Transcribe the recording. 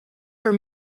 were